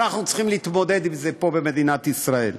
אנחנו צריכים להתמודד עם זה פה, במדינת ישראל.